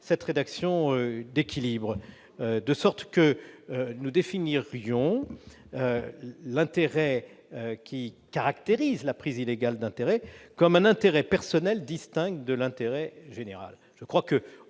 cette rédaction équilibrée consistant à définir l'intérêt qui caractérise la prise illégale d'intérêts comme « un intérêt personnel distinct de l'intérêt général